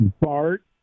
Bart